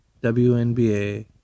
WNBA